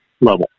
level